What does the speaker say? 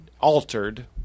altered